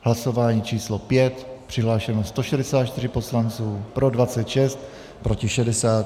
Hlasování číslo 5. Přihlášeno 164 poslanců, pro 26, proti 60.